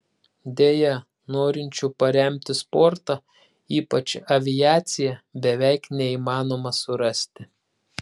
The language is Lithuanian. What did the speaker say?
deja norinčių paremti sportą ypač aviaciją beveik neįmanoma surasti